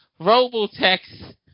Robotex